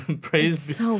Praise